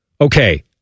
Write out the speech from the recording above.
okay